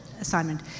assignment